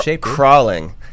crawling